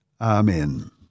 Amen